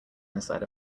inside